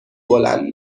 بلند